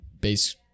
base